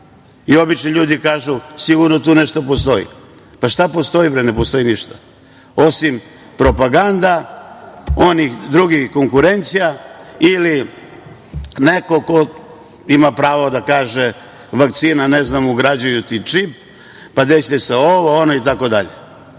Obični ljudi kažu – sigurno tu nešto postoji. Pa, šta postoji? Ne postoji ništa, osim propagande, onih drugih konkurencija ili neko ko ima pravo da kaže – vakcina, ugrađuju ti čip, pa desiće ti se ovo, ono, itd.